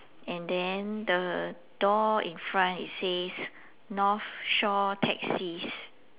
and then the door in front it says north shore taxis